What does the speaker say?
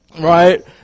Right